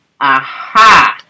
Aha